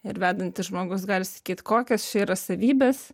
ir vedantis žmogus gali sakyt kokios čia yra savybės